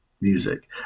music